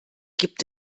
gibt